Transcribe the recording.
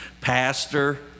pastor